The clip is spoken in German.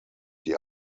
die